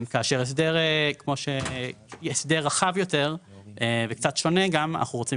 הסדר רחב יותר וקצת שונה אנחנו רוצים